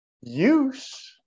use